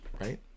Right